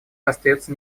остается